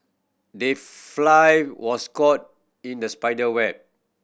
the fly was caught in the spider web